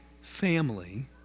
family